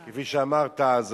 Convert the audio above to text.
כפי שאמרת,